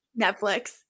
Netflix